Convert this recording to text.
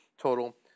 total